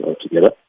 together